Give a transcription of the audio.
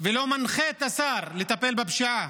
ולא מנחה את השר לטפל בפשיעה,